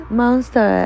monster